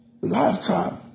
Lifetime